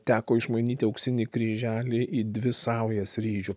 teko išmainyti auksinį kryželį į dvi saujas ryžių